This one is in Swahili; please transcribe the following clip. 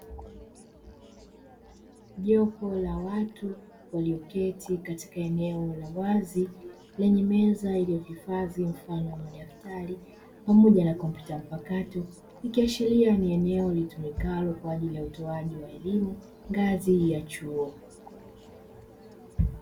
Jopo la watu walioketi katika eneo la wazi lenye meza iliyohifadhi mfano wa madaftari pamoja na kompyuta mpakato, ikiashiria ni eneo litumikalo kwa ajili ya utoaji wa elimu ngazi ya chuo.